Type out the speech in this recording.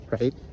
right